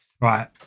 Right